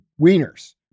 wieners